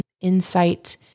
insight